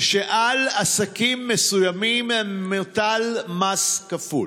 שעל עסקים מסוימים מוטל מס כפול,